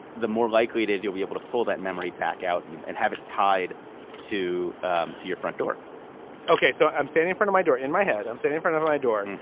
the more likely it is you'll be able to pull that memory back out and and have it tied to um to your front door ok. so i'm standing at my door in my head. i'm sitting in front of my door.